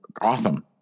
awesome